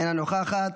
אינה נוכחת,